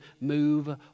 move